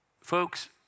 Folks